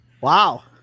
Wow